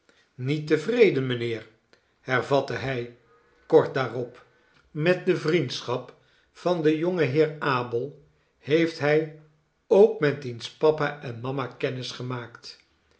niet tevreden mijnheer hervatte hij kort daarop met de vriendschap van den jongen heer abel heeft hij ook met diens papa en mama